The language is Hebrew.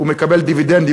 הוא מקבל דיבידנדים,